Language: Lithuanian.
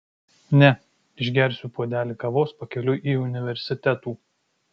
ne išgersiu puodelį kavos pakeliui į universitetų